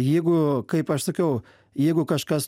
jeigu kaip aš sakiau jeigu kažkas